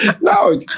No